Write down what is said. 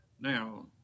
Now